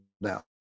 now